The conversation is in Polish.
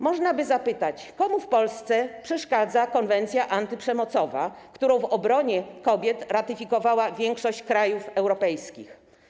Można by zapytać: Komu w Polsce przeszkadza konwencja antyprzemocowa, którą w obronie kobiet ratyfikowała większość krajów europejskich?